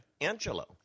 Angelo